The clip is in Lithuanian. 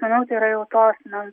manau tai yra jau tos na